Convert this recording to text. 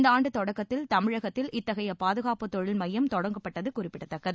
இந்தான்டு தொடக்கத்தில் தமிழகத்தில் இத்தகைய பாதுகாப்பு தொழில் மையம் தொடங்கப்பட்டுத குறிப்பிடத்தக்கது